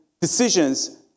decisions